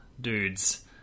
dudes